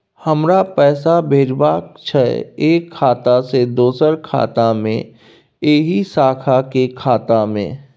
हमरा पैसा भेजबाक छै एक खाता से दोसर खाता मे एहि शाखा के खाता मे?